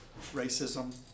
racism